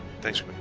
thanks